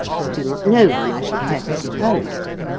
i do not know when i shall care to see her again.